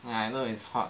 ya I know it's hot